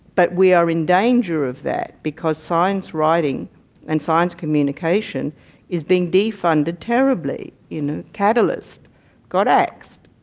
but we are in danger of that because science writing and science communication is being defunded terribly. you know, catalyst got axed.